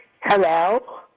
Hello